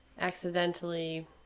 accidentally